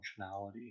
functionality